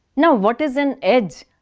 now, what is an edge,